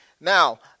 Now